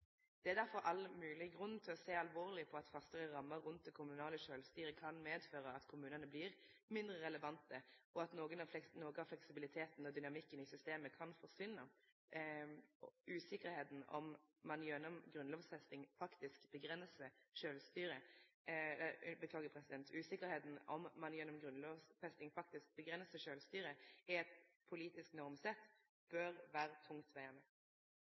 Det er derfor all mogleg grunn til å sjå alvorleg på at fastare rammer rundt det kommunale sjølvstyret kan medføre at kommunane vert mindre relevante, og at noko av fleksibiliteten og dynamikken i systemet kan forsvinne. Usikkerheita om ein gjennom grunnlovfesting faktisk avgrensar sjølvstyret,